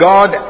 God